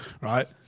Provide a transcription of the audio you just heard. right